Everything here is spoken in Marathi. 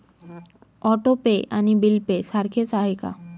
ऑटो पे आणि बिल पे सारखेच आहे का?